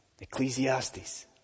Ecclesiastes